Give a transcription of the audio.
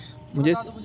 جس